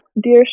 Dear